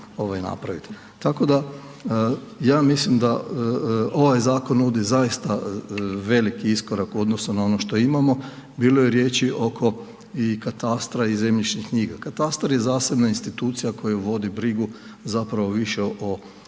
tako da ja mislim da ovaj zakon nudi zaista veliki iskorak u odnosu na ono što imamo, bilo je riječi oko i katastra i zemljišnih knjiga. Katastar je zasebna institucija koja vodi brigu zapravo više o tehničkim